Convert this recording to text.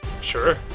Sure